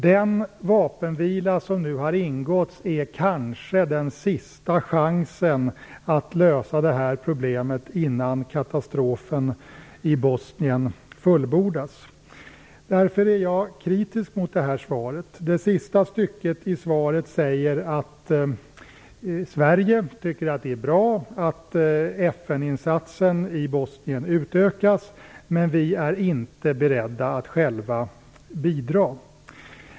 Den vapenvila som nu har ingåtts är kanske den sista chansen att lösa problemet innan katastrofen i Bosnien fullbordas. Därför är jag kritisk mot svaret. I det sista stycket står det att Sverige tycker att det är bra att FN insatsen i Bosnien utökas, men att vi inte är beredda att själva bidra.